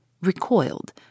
recoiled